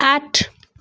आठ